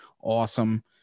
awesome